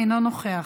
אינו נוכח,